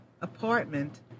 apartment